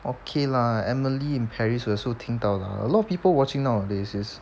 okay lah emily in paris 有时候听到 lah a lot of people watching nowadays is